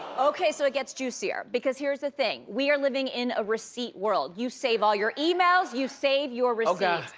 okay, so it gets juicier because here's the thing, we are living in a receipt world. you save all your emails, you save your receipts. yeah